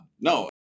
No